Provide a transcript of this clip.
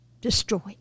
destroyed